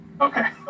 Okay